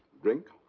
drink.